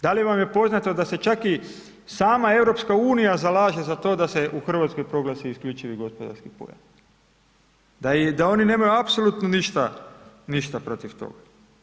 Da li vam je poznato da se čak i sama EU zalaže za to da se u Hrvatskoj proglasi isključivi gospodarski pojas, da oni nemaju apsolutno ništa, ništa protiv toga.